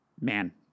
man